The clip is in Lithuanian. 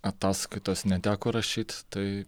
ataskaitos neteko rašyt tai